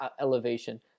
elevation